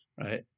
right